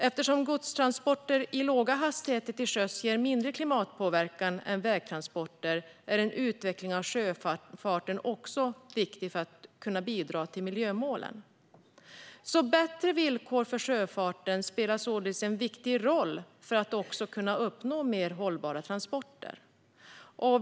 Eftersom godstransporter i låga hastigheter till sjöss ger mindre klimatpåverkan än vägtransporter är en utveckling av sjöfarten ett viktigt bidrag för att nå klimatmålen. Bättre villkor för sjöfarten spelar således en viktig roll för att vi ska kunna uppnå mer hållbara transporter.